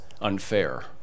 unfair